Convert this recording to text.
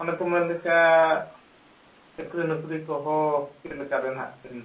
ᱚᱱᱮ ᱠᱚ ᱢᱮᱱ ᱞᱮᱠᱟ ᱪᱟᱹᱠᱨᱤ ᱱᱚᱠᱷᱨᱤ ᱠᱚ ᱦᱚᱸ ᱪᱮᱫ ᱞᱮᱠᱟ ᱨᱮ ᱱᱟᱦᱟᱜ ᱵᱤᱱ